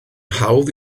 hawdd